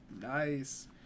Nice